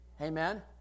Amen